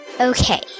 Okay